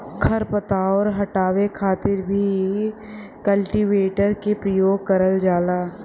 खर पतवार हटावे खातिर भी कल्टीवेटर क परियोग करल जाला